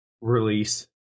Release